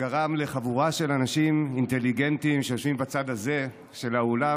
גרם לחבורה של אנשים אינטליגנטיים שיושבים בצד הזה של האולם